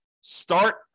Start